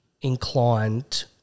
inclined